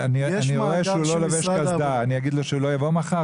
אני רואה שהוא לא חובש קסדה אני אגיד לו שהוא לא יבוא מחר.